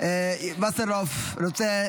וסרלאוף רוצה